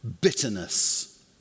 bitterness